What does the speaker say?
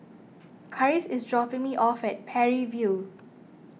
Karis is dropping me off at Parry View